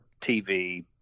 TV